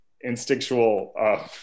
instinctual